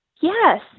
yes